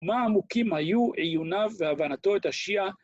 ‫מה עמוקים היו עיוניו והבנתו את השיעה?